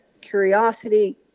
curiosity